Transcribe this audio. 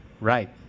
Right